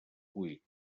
buit